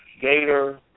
Gator